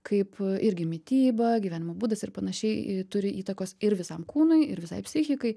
kaip irgi mityba gyvenimo būdas ir panašiai turi įtakos ir visam kūnui ir visai psichikai